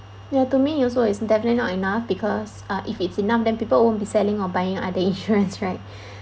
ya to me it also is definitely not enough because uh if it's enough then people won't be selling or buying other insurance right